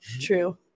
true